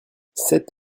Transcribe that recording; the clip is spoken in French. sept